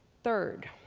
third